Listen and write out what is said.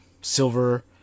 silver